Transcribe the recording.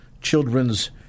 Children's